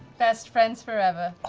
best friends forever.